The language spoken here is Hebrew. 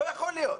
זה לא יכול להיות.